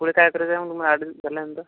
पुढे काय करायचं आहे मग अॅडमिशन झाल्यानंतर